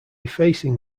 facing